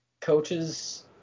coaches